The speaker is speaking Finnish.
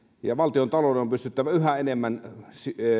ja valtiontalouden on pystyttävä yhä enemmän